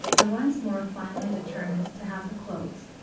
i once more finally determined to have the clothes,